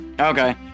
Okay